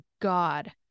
God